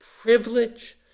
privilege